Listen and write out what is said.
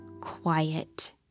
quiet